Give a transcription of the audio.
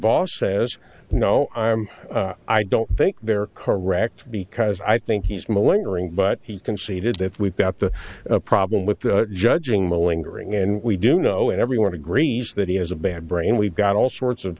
boss says no i don't think they're correct because i think he's from a lingering but he conceded that we've got the problem with the judging the lingering and we do know and everyone agrees that he has a bad brain we've got all sorts of